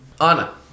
Anna